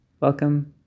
Welcome